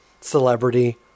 celebrity